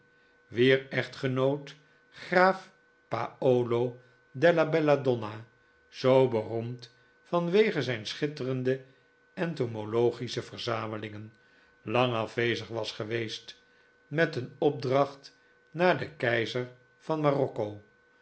wier echtgenoot graaf paolo della belladonna zoo beroemd van wege zijn schitterende entomologische verzamelingen lang afwezig was geweest met een opdracht naar den keizer van marokko